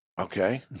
Okay